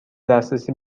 دسترسی